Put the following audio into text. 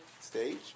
stage